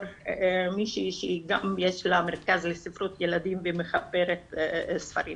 מישהי שיש לה מרכז ספרות ילדים ומחברת ספרים.